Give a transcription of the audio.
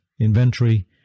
inventory